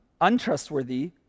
untrustworthy